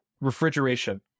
refrigeration